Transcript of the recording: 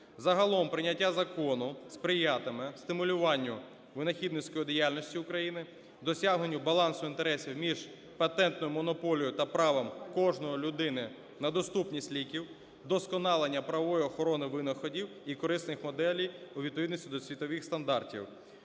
Загалом прийняття закону сприятиме стимулюванню винахідницької діяльності України, досягненню балансу інтересів між патентною монополією та правом кожної людини на доступність ліків, вдосконалення правової охорони винаходів і корисних моделей у відповідності до світових стандартів.